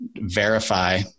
verify